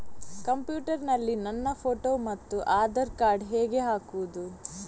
Computer ನಲ್ಲಿ ನನ್ನ photo ಮತ್ತು ಆಧಾರ್ ಕಾರ್ಡ್ ಹೇಗೆ ಹಾಕುವುದು?